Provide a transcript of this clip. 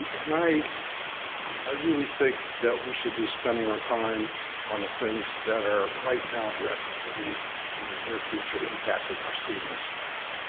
and i i really think we should be spending our time on the things that are right now directly in the near future impacting our students.